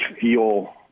feel